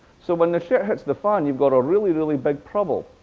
so when the shit hits the fan, you've got a really, really big problem.